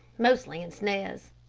mostly in snares.